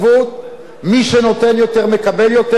מי שנותן יותר מקבל יותר, לפי הגזרים.